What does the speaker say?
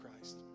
Christ